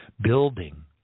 building